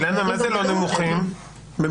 אילנה, מה זה לא נמוכים במספרים?